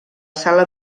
sala